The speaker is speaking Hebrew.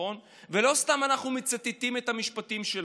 ולא סתם אנחנו מצטטים את המשפטים שלו.